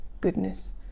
goodness